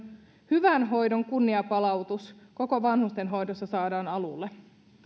hyvän hoidon kunnianpalautus koko vanhustenhoidossa saadaan alulle